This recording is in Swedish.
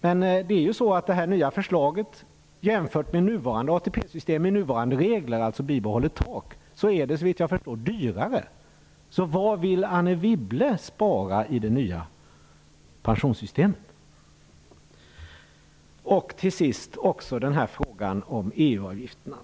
Men det nya förslaget, jämfört med nuvarande ATP-system med nuvarande regler, dvs. bibehållet tak, är såvitt jag förstår dyrare. Var vill Anne Wibble spara i det nya pensionssystemet? Slutligen gäller det frågan om EU-avgifterna.